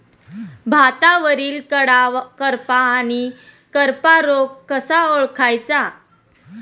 भातावरील कडा करपा आणि करपा रोग कसा ओळखायचा?